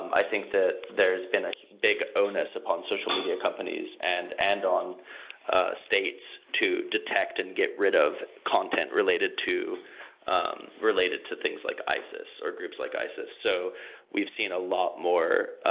i think that there's been a big onus upon social media companies and and on states to detect and get rid of content related to um related to things like isis, or groups or like isis so we've seen a lot more